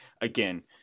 again